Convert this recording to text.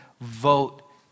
vote